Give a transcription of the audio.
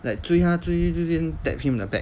like 追他追追追追:zhui zhui zhui zhui zhui tab him on the back